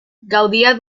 gaudia